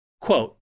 Quote